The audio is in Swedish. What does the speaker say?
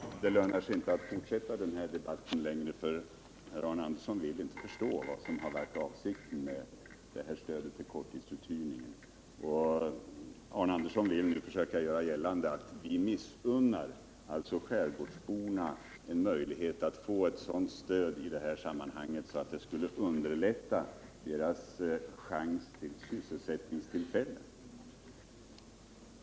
Herr talman! Det lönar sig inte att fortsätta den här debatten längre, eftersom Arne Andersson i Ljung inte vill förstå vad som varit avsikten med stödet till korttidsuthyrning utan försöker göra gällande att vi skulle missunna skärgårdsborna en möjlighet att erhålla sådant stöd att deras chanser till nya sysselsättningstillfällen underlättades.